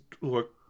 look